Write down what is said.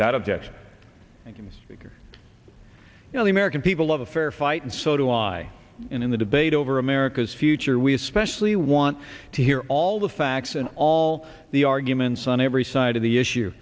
without objection games you know the american people of a fair fight and so do i and in the debate over america's future we especially want to hear all the facts and all the arguments on every side of the issue